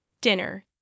Dinner